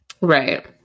Right